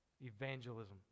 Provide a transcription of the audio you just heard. Evangelism